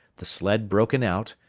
the sled broken out,